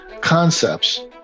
concepts